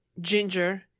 ginger